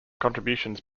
contributions